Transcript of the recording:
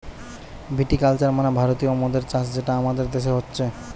ভিটি culture মানে ভারতীয় মদের চাষ যেটা আমাদের দেশে হচ্ছে